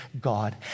God